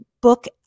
book